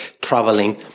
traveling